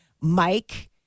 Mike